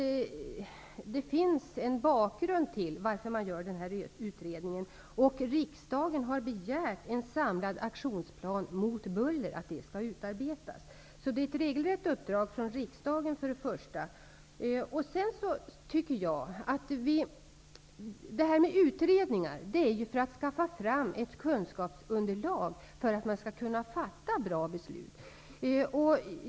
Det finns en bakgrund till varför man gör denna utredning. Riksdagen har begärt att en samlad aktionsplan mot buller skall utarbetas. Det rör sig således om ett regelrätt uppdrag från riksdagen. Utredningar görs för att skaffa fram ett kunskapsunderlag så att man skall kunna fatta bra beslut.